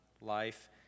life